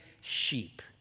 sheep